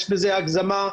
יש בזה הגזמה.